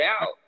out